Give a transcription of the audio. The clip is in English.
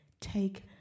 take